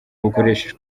bukoresheje